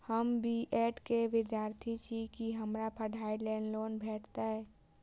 हम B Ed केँ विद्यार्थी छी, की हमरा पढ़ाई लेल लोन भेटतय?